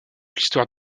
l’histoire